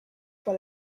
pour